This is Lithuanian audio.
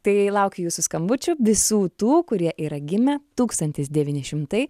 tai laukiu jūsų skambučių visų tų kurie yra gimę tūkstantis devyni šimtai